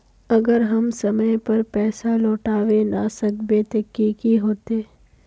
अगर हम समय पर पैसा लौटावे ना सकबे ते की होते?